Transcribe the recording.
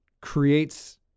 creates